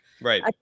Right